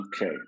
okay